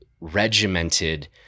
regimented